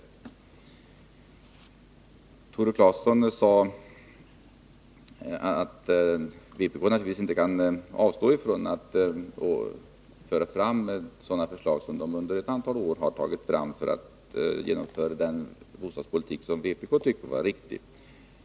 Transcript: Tore Claeson sade att vpk naturligtvis inte kan avstå från att komma tillbaka med sådana förslag som partiet under ett antal år har fört fram för att försöka genomföra den bostadspolitik som vpk tycker är riktig.